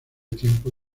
tiempo